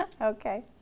okay